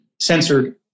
censored